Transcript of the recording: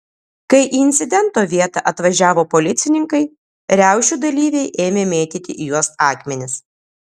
kai į incidento vietą atvažiavo policininkai riaušių dalyviai ėmė mėtyti į juos akmenis